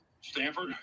Stanford